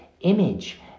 image